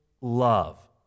love